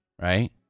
right